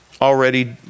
already